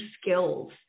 skills